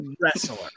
wrestler